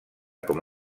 com